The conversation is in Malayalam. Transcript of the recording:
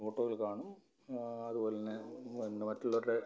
ഫോട്ടോകൾ കാണും അതു പോലെ തന്നെ പിന്നെ മറ്റുള്ളവരുടെ